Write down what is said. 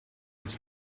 its